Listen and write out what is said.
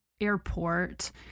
airport